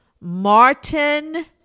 Martin